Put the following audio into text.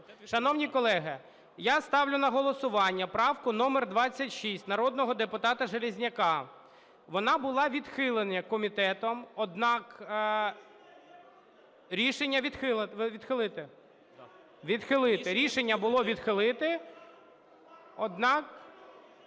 Шановні колеги, я ставлю на голосування правку номер 26 народного депутата Железняка. Вона була відхилена комітетом. Однак… (Шум у залі) Рішення було відхилити. Однак,